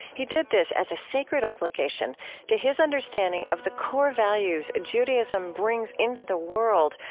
he did this as a sacred obligation to his understanding of the core values judaism brings into the world,